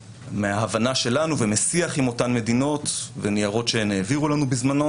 מההבנה שלנו ומשיח עם אותן מדינות וניירות שהן העבירו לנו בזמנו